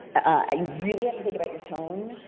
ah you really have to think about your tone.